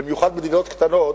במיוחד מדינות קטנות,